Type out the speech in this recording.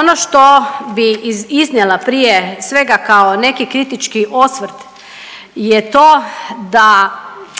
Ono što bi iznijela prije svega kao neki kritički osvrt je to da